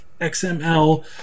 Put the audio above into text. XML